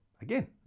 again